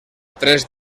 tres